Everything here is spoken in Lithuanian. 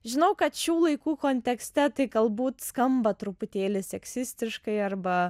žinau kad šių laikų kontekste tai galbūt skamba truputėlį seksistiškai arba